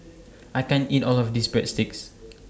I can't eat All of This Breadsticks